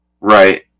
Right